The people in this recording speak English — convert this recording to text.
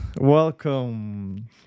welcome